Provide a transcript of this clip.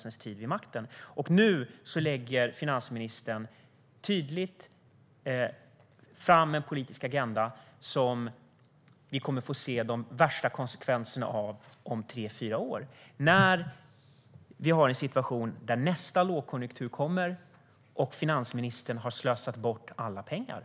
Nu lägger finansministern fram en tydlig politisk agenda som vi kommer att få se de värsta konsekvenserna av om tre fyra år. Då kommer nästa lågkonjunktur att komma och finansministern kommer att ha slösat bort alla pengar.